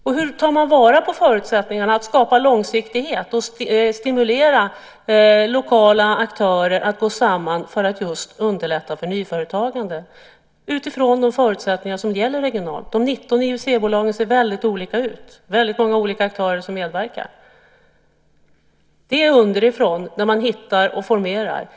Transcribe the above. Och hur tar man till vara på förutsättningarna att skapa långsiktighet och stimulera lokala aktörer att gå samman för att just underlätta för nyföretagande utifrån de förutsättningar som gäller regionalt? De 19 IUC-bolagen ser väldigt olika ut. Det är väldigt många olika aktörer som medverkar. Det är underifrån när man hittar och formerar.